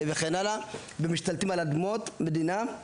על מנת להשתלט על אדמות שהן בבעלות המדינה.